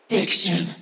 Fiction